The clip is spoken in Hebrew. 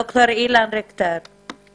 דוקטור אילן ריכטר,